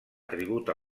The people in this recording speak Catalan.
tribut